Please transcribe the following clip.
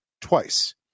twice